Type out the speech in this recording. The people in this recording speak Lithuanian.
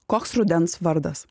koks rudens vardas